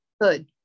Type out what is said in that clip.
Good